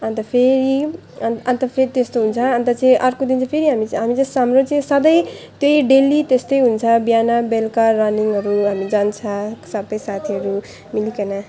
अन्त फेरि अन्त फेरि त्यस्तो हुन्छ अन्त चाहिँ अर्को दिन चाहिँ फेरि हामी चाहिँ हाम्रो चाहिँ सधैँ त्यही डेली त्यस्तै हुन्छ बिहान बेलुका रनिङहरू हामी जान्छ सबै साथीहरू मिलिकन